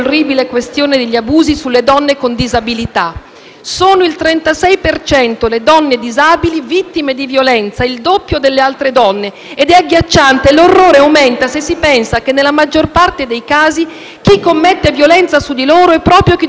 Sono il 36 per cento le donne disabili vittime di violenza, il doppio delle altre donne. È agghiacciante! E l'orrore aumenta se si pensa che, nella maggior parte dei casi, chi commette violenza su di loro è proprio chi dovrebbe prendersene cura. Mi viene la pelle d'oca.